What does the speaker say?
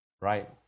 Right